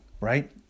right